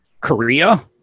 Korea